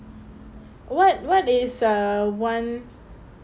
what what is a one